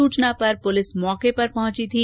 सूचना पर पुलिस मौके पर पहुंची थी